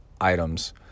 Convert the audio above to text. items